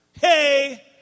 Hey